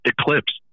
Eclipse